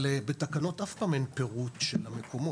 אבל בתקנות אף פעם אין פירוט של המקומות.